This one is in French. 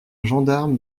gendarme